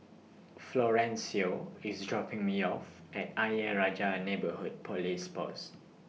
Florencio IS dropping Me off At Ayer Rajah Neighbourhood Police Post